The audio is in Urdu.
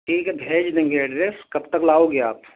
ٹھیک ہے بھیج دیں گے ایڈریس کب تک لاؤ گے آپ